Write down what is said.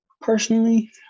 Personally